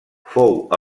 fou